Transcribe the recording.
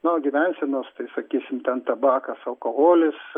nuo gyvensenos sakysim ten tabakas alkoholis